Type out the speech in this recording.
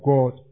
God